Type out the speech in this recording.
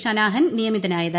Shanahan നിയമിതനായത്